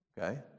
okay